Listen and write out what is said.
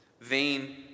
Vain